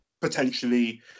potentially